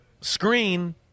screen